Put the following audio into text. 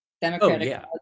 democratic